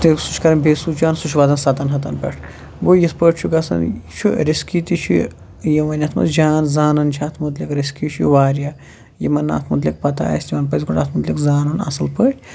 تہٕ سُہ چھُ کَران بیٚیہِ سوٚچ آن سُہ چھِ واتان سَتَن ہَتَن پٮ۪ٹھ گوٚو یِتھٕ پٲٹھۍ چھُ گژھان یہِ چھُ رِسکی تہِ چھُ یہِ یِم وۅنۍ اَتھ منٛز جان زانان چھِ اَتھ معلِق رِسکی چھُ یہِ واریاہ یِمَن نہٕ اَتھ متعلق پتاہ آسہِ تِمَن پَزِ گۄڈٕ اَتھ متعلِق زانُن اَصٕل پٲٹھۍ